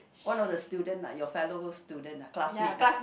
one of the student like your fellow student ah classmate ah